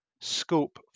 scope